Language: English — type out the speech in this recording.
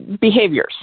behaviors